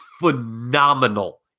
phenomenal